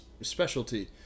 specialty